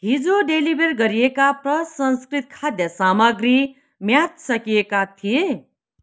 हिजो डेलिभर गरिएका प्रसंस्कृत खाद्य सामग्री म्याद सकिएका थिए